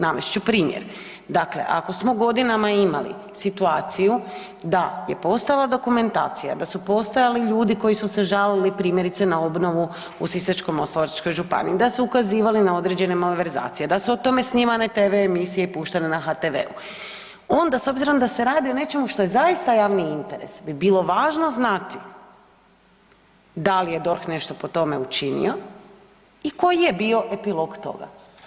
Navest ću primjer, dakle ako smo godinama imali situaciju da je postojala dokumentacija, da su postojali ljudi koji su se žalili primjerice na obnovu u Sisačko-moslavačkoj županiji, da su ukazivali na određene malverzacije, da su o tome snimane tv emisije i puštane na HTV-u onda s obzirom da se radi o nečemu što je zaista javni interes bi bilo važno znati da li je DORH nešto po tome učinio i koji je bio epilog toga.